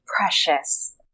precious